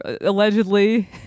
allegedly